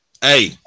Hey